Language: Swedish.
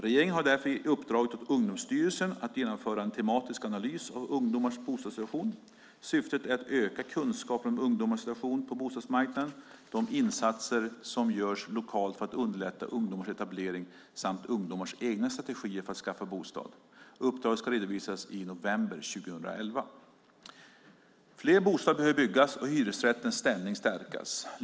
Regeringen har därför uppdragit åt Ungdomsstyrelsen att genomföra en tematisk analys av ungdomars bostadssituation. Syftet är att öka kunskaperna om ungdomars situation på bostadsmarknaden, de insatser som görs lokalt för att underlätta ungdomars etablering och ungdomars egna strategier för att skaffa bostad. Uppdraget ska redovisas i november 2011. Fler bostäder behöver byggas och hyresrättens ställning stärkas.